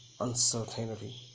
uncertainty